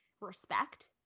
respect